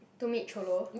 to meet Cholo